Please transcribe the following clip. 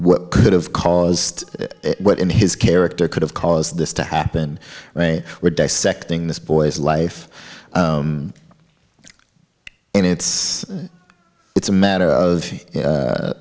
what could have caused what in his character could have caused this to happen we're dissecting this boy's life and it's it's a matter of